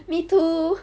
me too